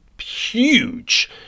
huge